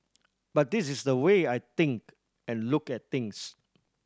but this is the way I think and look at things